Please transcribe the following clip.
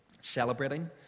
celebrating